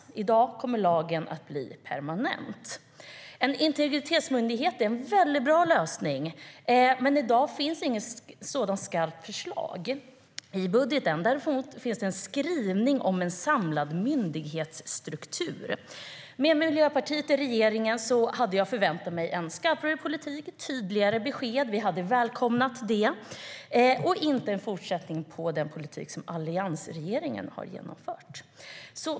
I dag kommer lagen att bli permanent. En integritetsmyndighet är en bra lösning, men i dag finns inget skarpt sådant förslag i budgeten. Däremot finns det en skrivning om en samlad myndighetsstruktur. Med Miljöpartiet i regeringen hade jag förväntat mig skarpare politik och tydligare besked - vi hade välkomnat det - och inte en fortsättning på den politik som alliansregeringen har genomfört.